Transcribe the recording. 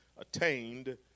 attained